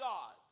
God